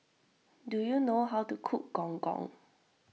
do you know how to cook Gong Gong